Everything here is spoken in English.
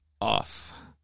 off